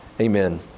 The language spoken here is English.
Amen